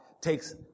takes